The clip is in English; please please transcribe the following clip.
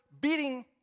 beating